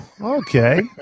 Okay